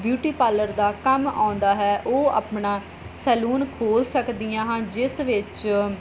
parlour ਦਾ ਕੰਮ ਆਉਂਦਾ ਹੈ ਉਹ ਆਪਣਾ ਸੈਲੂਨ ਖੋਲ੍ਹ ਸਕਦੀਆਂ ਹਨ ਜਿਸ ਵਿੱਚ